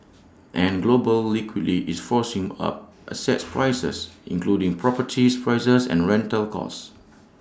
and global liquidity is forcing up asset prices including properties prices and rental costs